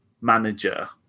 manager